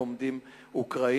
איפה עומדת אוקראינה?